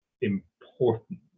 important